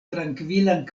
trankvilan